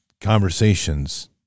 conversations